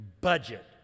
Budget